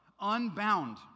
Unbound